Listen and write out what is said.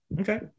Okay